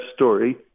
story